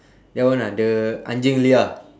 that one ah the anjing liar